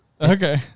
Okay